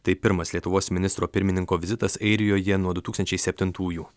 tai pirmas lietuvos ministro pirmininko vizitas airijoje nuo du tūkstančiai septintųjų